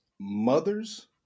mothers